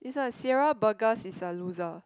this one Sierra Burgess is a loser